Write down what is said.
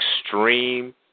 extreme